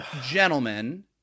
gentlemen